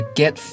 get